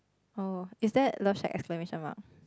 oh is there love shack exclamation mark